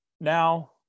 Now